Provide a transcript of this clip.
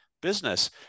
business